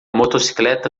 motocicleta